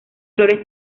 flores